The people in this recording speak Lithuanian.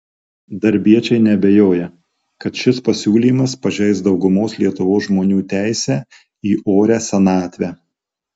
darbiečiai neabejoja kad šis pasiūlymas pažeis daugumos lietuvos žmonių teisę į orią senatvę